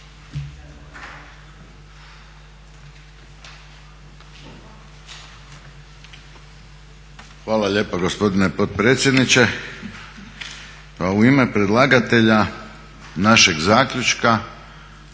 Hvala lijepa gospodine potpredsjedniče. U ime predlagatelja našeg zaključka